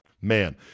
Man